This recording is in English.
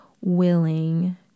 willing